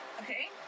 Okay